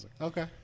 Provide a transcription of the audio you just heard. Okay